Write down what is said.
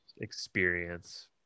experience